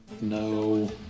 No